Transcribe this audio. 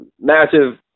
massive